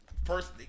First